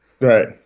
Right